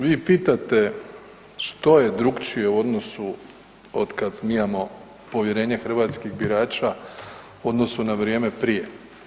Vi pitate što je drukčije u odnosu otkad mi imamo povjerenje hrvatskih birača u odnosu na vrijeme prije.